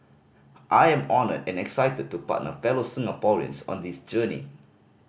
I am honoured and excited to partner fellow Singaporeans on this journey